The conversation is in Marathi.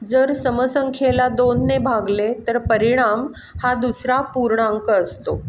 जर समसंख्येला दोनने भागले तर परिणाम हा दुसरा पूर्णांक असतो